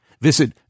Visit